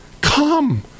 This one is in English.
Come